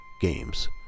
games